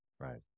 Right